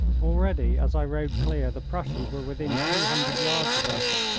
already as i rode clear the prussians were within two hundred yards of us.